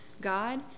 God